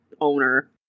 owner